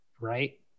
right